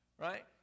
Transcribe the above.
right